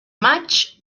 maig